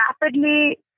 rapidly